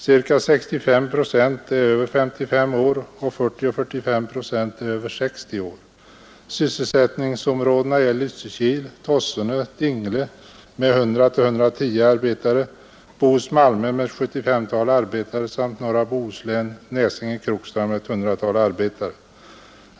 Omkring 65 procent är över 55 år och 40—45 procent över 60 år. Sysselsättningsområdena är Lysekil-Tossene—Dingle med 100-110 arbetare, Bohus Malmön med ett 75+-tal arbetare samt norra Bohuslän— Nässinge—Krokstrand med ett hundratal arbetare.